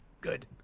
Good